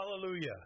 Hallelujah